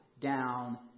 down